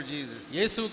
Jesus